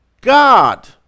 God